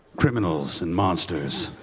criminals and monsters,